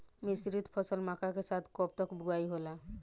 मिश्रित फसल मक्का के साथ कब तक बुआई होला?